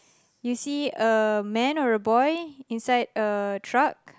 you see a man or a boy inside a truck